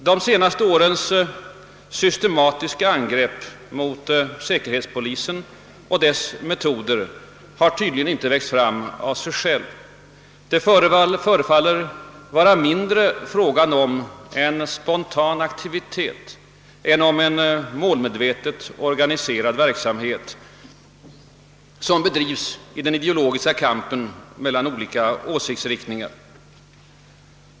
De senaste årens systematiska angrepp mot säkerhetspolisen och dess metoder är tydligen inte något som växt fram av sig självt. Det förefaller mindre vara fråga om en spontan aktivitet än om en målmedvetet organiserad verksamhet som ingår i den ideologiska kampen mellan olika åsiktsriktningar.